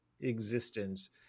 existence